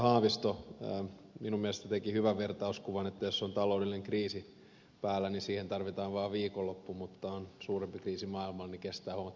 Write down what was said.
haavisto teki minun mielestäni hyvän vertauskuvan että jos on taloudellinen kriisi päällä niin siihen tarvitaan vaan viikonloppu mutta kun on suurempi kriisi maailmalla niin kestää huomattavasti kauemmin